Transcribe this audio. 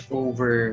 over